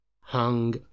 hung